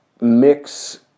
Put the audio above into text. mix